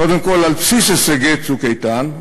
קודם כול על בסיס הישגי "צוק איתן",